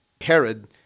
Herod